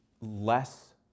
less